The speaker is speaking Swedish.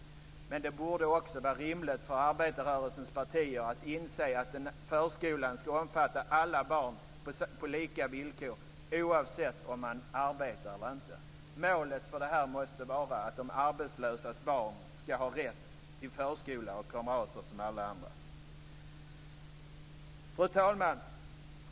Men det borde också vara rimligt att arbetarrörelsens partier inser att förskolan skall omfatta alla barn på lika villkor oavsett om man arbetar eller inte. Målet måste vara att de arbetslösas barn skall ha rätt till förskola och kamrater som alla andra. Fru talman!